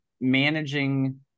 managing